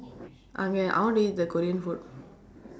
okay I want to eat the korean food